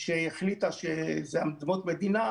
שהחליטה שאלה אדמות מדינה,